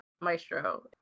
Maestro